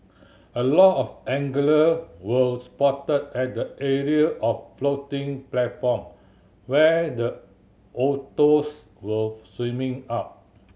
a lot of angler were spotted at the area of the floating platform where the otters were swimming up